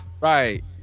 Right